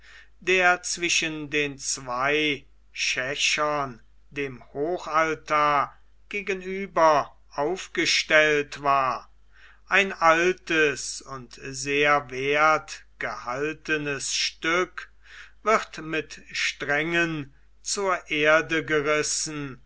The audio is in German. der zwischen den zwei schächern dem hochaltar gegenüber aufgestellt war ein altes und sehr werth gehaltenes stück wird mit strängen zur erde gerissen